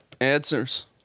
Answers